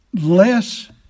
less